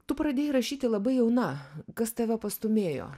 tu pradėjai rašyti labai jauna kas tave pastūmėjo